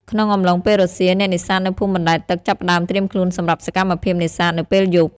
ក្នុងអំឡុងពេលរសៀល អ្នកនេសាទនៅភូមិបណ្ដែតទឹកចាប់ផ្ដើមត្រៀមខ្លួនសម្រាប់សកម្មភាពនេសាទនៅពេលយប់។